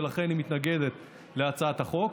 ולכן היא מתנגדת להצעת החוק.